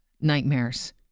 nightmares